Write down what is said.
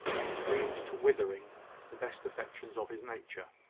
and doomed to withering the best affections of his nature,